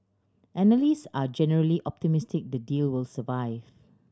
analysts are generally optimistic the deal will survive